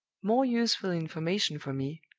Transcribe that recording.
more useful information for me.